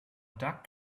doug